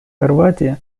хорватии